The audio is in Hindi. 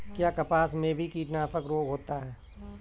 क्या कपास में भी कीटनाशक रोग होता है?